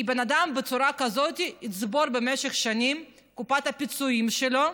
כי בצורה כזאת אדם יצבור במשך שנים את קופת הפיצויים שלו,